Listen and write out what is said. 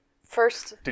first